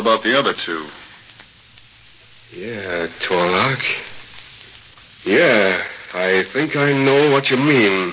about the other two yeah i think i know what you mean